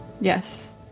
Yes